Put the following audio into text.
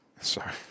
Sorry